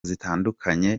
zitandukanye